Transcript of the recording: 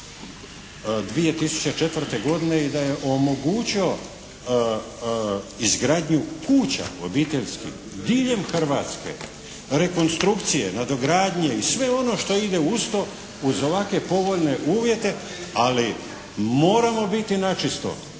2004. godine i da je omogućio izgradnju kuća obiteljskih diljem kuća. Rekonstrukcije, nadogradnje i sve ono što ide uz to uz ovakve povoljne uvjete. Ali moramo biti na čisto,